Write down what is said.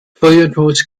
feuilletons